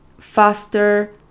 faster